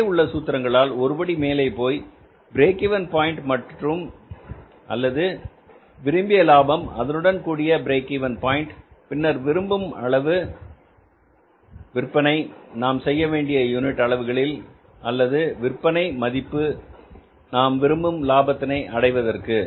கீழே உள்ள சூத்திரங்களால் ஒரு படி மேலே போய் பிரேக் இவென் பாயின்ட் மட்டும் அல்லாது விரும்பிய லாபம் அதனுடன் கூடிய பிரேக் இவென் பாயின்ட் பின்னர் விரும்பும் அளவு விற்பனை நாம் செய்ய வேண்டியது யூனிட் அளவுகளில் அல்லது விற்பனையின் மதிப்பு நாம் விரும்பும் லாபத்தினை அடைவதற்கு